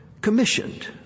commissioned